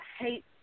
hate